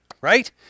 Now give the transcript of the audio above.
right